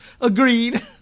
Agreed